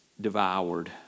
devoured